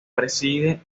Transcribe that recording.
preside